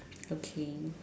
okay